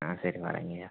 ஆ சரி வரேங்கய்யா